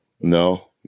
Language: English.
No